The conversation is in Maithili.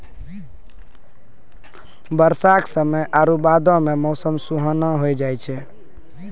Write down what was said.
बरसा के समय आरु बादो मे मौसम सुहाना होय जाय छै